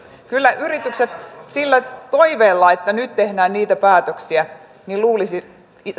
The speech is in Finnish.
kyllä yritysten sillä toiveella että nyt tehdään niitä päätöksiä luulisi